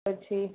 પછી